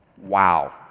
Wow